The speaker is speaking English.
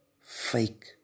Fake